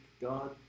God